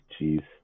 jeez